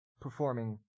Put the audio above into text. performing